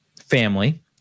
family